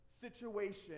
situation